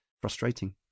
frustrating